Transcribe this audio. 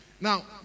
Now